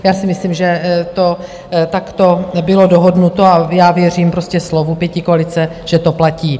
Já si myslím, že to takto bylo dohodnuto, a já věřím prostě slovu pětikoalice, že to platí.